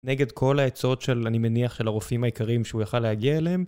נגד כל העצות של, אני מניח, של הרופאים היקרים שהוא יכל להגיע אליהם